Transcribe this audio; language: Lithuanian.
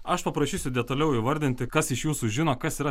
aš paprašysiu detaliau įvardinti kas iš jūsų žino kas yra